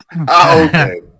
Okay